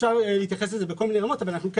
אפשר להתייחס לזה בכל מיני רמות אבל אנחנו כן